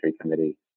committee